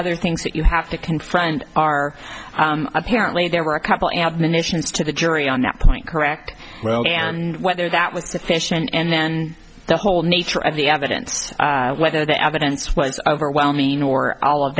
other things that you have to confront are apparently there were a couple admonitions to the jury on that point correct and whether that was to fish and then the whole nature of the evidence whether the evidence was overwhelming or all of